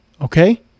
okay